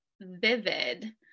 Vivid